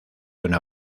una